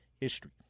history